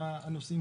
את ההתלבטויות,